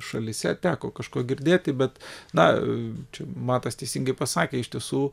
šalyse teko kažko girdėti bet na čia matas teisingai pasakė iš tiesų